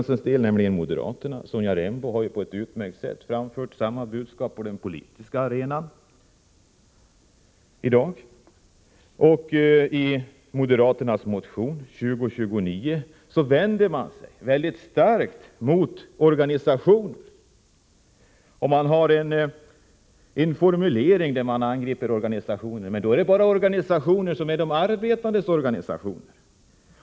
Sonja Rembo har på ett utmärkt sätt på den politiska arenan framfört samma budskap som storfinansen framför. Moderaterna vänder sig i sin motion 2029 mycket starkt mot organisationerna. Det finns en formulering där organisationerna angrips, men bara de arbetandes organisationer.